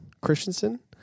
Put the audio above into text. Christensen